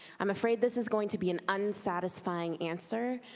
i'm afraid this is going to be an unsatisfying answer,